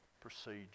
procedure